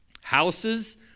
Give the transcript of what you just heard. houses